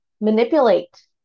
manipulate